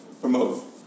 promote